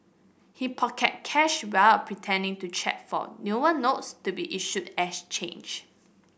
he pocketed cash while pretending to check for newer notes to be issued as change